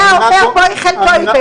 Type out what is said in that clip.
היה אומר "מויחל טויבס",